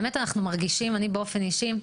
אני מרגישה, באופן אישי,